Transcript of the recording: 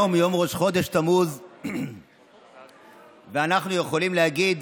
היום יום ראש חודש תמוז, ואנחנו יכולים להגיד